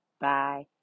Bye